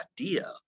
idea